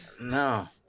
no